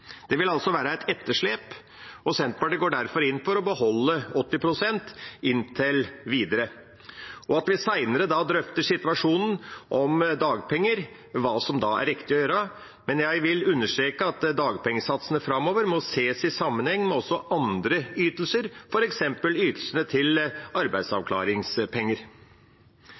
Det vil altså være et etterslep, og Senterpartiet går derfor inn for å beholde 80 pst. inntil videre, og at vi senere drøfter situasjonen om dagpenger og hva som da er riktig å gjøre. Men jeg vil understreke at dagpengesatsene framover må ses i sammenheng med andre ytelser, f.eks. ytelsene til arbeidsavklaringspenger.